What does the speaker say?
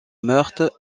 meurthe